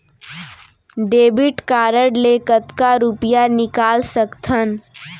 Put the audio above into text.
Debit card ले कतका रुपिया निकाल सकथन?